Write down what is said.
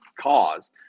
cause